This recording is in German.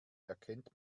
erkennt